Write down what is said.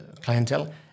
clientele